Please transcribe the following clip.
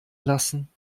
lassen